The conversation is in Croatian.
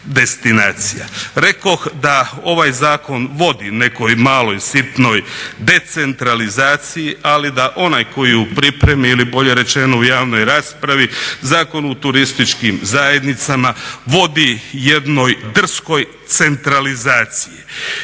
Rekoh da ovaj zakon vodi nekoj maloj sitnoj decentralizaciji ali da onaj koji je u pripremi ili bolje rečeno u javnoj raspravi Zakon o turističkim zajednicama vodi jednoj drskoj centralizaciji.